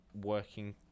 working